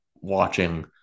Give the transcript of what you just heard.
watching